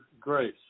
grace